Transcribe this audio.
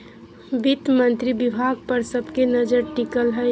वित्त मंत्री विभाग पर सब के नजर टिकल हइ